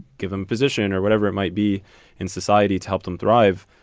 give him position or whatever it might be in society to help them thrive.